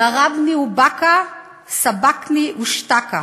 דָרַבְּנִי ובָּכַּא, סָּבַּקְנִי ואשְתָכַּא,